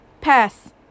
Pass